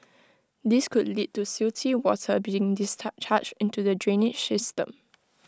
this could lead to silty water being charged into the drainage system